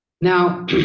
Now